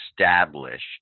established